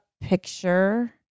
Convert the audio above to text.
picture